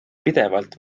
pidevalt